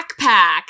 backpack